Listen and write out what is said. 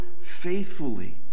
faithfully